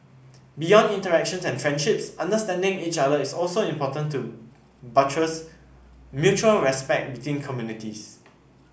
beyond interactions and friendships understanding each other is also important to buttress mutual respect between communities